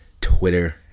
Twitter